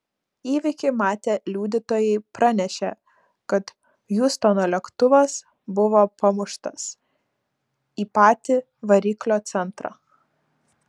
įvykį matę liudytojai pranešė kad hjustono lėktuvas buvo pamuštas į patį variklio centrą